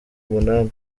umunani